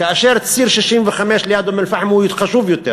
כאשר ציר 65 ליד אום-אלפחם הוא חשוב יותר,